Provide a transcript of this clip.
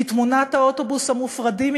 כי תמונת האוטובוסים המופרדים,